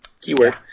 keyword